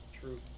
True